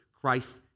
Christ